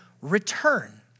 return